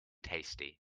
tasty